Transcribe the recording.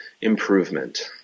improvement